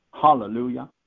Hallelujah